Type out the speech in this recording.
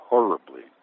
Horribly